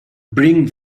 bring